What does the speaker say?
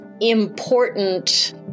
important